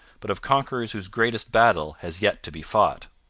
but of conquerors whose greatest battle has yet to be fought.